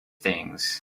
things